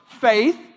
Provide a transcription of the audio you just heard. faith